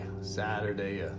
Saturday